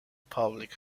public